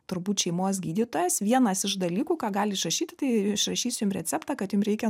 turbūt šeimos gydytojas vienas iš dalykų ką gali išrašyti tai išrašys jum receptą kad jum reikia